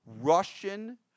Russian